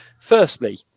firstly